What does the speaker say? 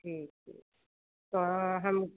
ठीक ठीक तो हम